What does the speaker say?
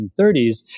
1930s